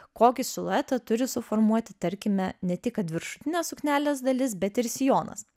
kokį siluetą turi suformuoti tarkime ne tik kad viršutinė suknelės dalis bet ir sijonas